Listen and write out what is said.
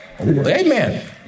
Amen